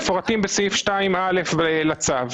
מפורטים בסעיף 2(א) לצו,